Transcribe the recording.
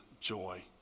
joy